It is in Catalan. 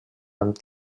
amb